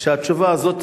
שהתשובה הזאת,